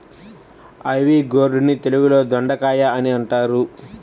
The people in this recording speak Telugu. ఐవీ గోర్డ్ ని తెలుగులో దొండకాయ అని అంటారు